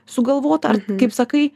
sugalvota kaip sakai